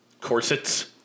corsets